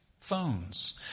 phones